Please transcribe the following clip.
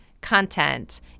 content